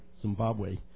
Zimbabwe